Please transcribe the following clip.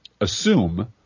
assume